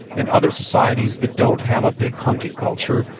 and other societies that don't have a big hunting culture,